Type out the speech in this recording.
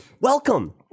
Welcome